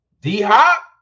d-hop